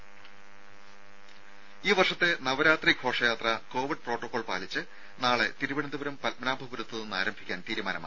ദ്ദേ ഈ വർഷത്തെ നവരാത്രി ഘോഷയാത്ര കോവിഡ് പ്രോട്ടോകോൾ പാലിച്ച് നാളെ തിരുവനന്തപുരം പത്മനാഭപുരത്ത് നിന്ന് ആരംഭിക്കാൻ തീരുമാനമായി